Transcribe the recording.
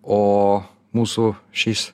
o mūsų šis